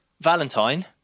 Valentine